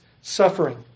suffering